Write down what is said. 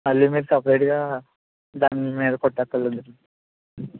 మళ్ళీ మీరు సపరేట్గా దాని మీద కుట్టక్కర్లేదు